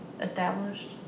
established